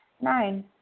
Nine